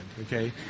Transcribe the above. Okay